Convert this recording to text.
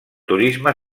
turisme